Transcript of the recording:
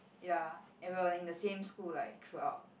ya and we're in the same school like throughout